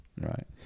right